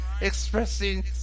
expressing